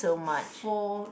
four